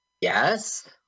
Yes